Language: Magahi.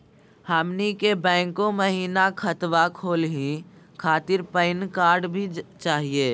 हमनी के बैंको महिना खतवा खोलही खातीर पैन कार्ड भी चाहियो?